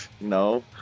No